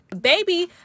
Baby